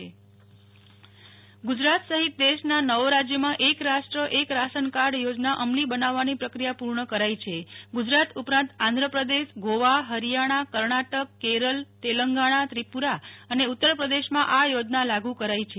Nehal Thakkar ration card યોજના ગુજરાત સહિત નવે રાજ્યોમાં એકે રાષ્ટ્ર એક રાશન કાર્ડ યોજના અમલી બનાવવાની પ્રક્રિયા પુર્ણ કરાઈ છે ગુજરાત ઉપરાંત મધ્યપ્રદેશગોવા હરિયાણાકર્ણાટકકેરળતેલંગણા ત્રિપુ રા અને ઉત્તર પ્રદેશમાં આ યોજના લાગુ કરાઈ છે